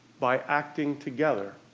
by acting together,